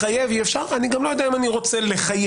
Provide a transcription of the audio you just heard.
לחייב אי אפשר, גם לא יודע אם אני רוצה לחייב.